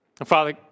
Father